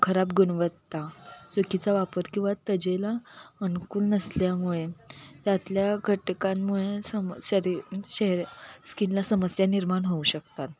खराब गुणवत्ता चुकीचा वापर किंवा त्वचेला अनुकूल नसल्यामुळे त्यातल्या घटकांमुळे सम शरी शेर स्किनला समस्या निर्माण होऊ शकतात